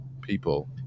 people